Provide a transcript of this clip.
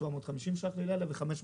750 שקל ללילה ו-500 שקל.